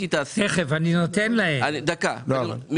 תכף, אני נותן להם, לתעשיינים.